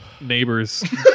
neighbor's